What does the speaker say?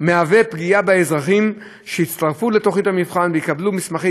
תהיה פגיעה באזרחים שיצטרפו לתוכנית המבחן ויקבלו מסמכי